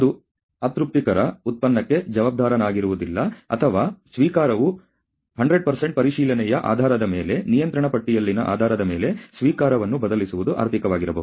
ಅದು ಅತೃಪ್ತಿಕರ ಉತ್ಪನ್ನಕ್ಕೆ ಜವಾಬ್ದಾರನಾಗಿರುವುದಿಲ್ಲ ಅಥವಾ ಸ್ವೀಕಾರವು 100 ಪರಿಶೀಲನೆಯ ಆಧಾರದ ಮೇಲೆ ನಿಯಂತ್ರಣ ಪಟ್ಟಿಯಲ್ಲಿನ ಆಧಾರದ ಮೇಲೆ ಸ್ವೀಕಾರವನ್ನು ಬದಲಿಸುವುದು ಆರ್ಥಿಕವಾಗಿರಬಹುದು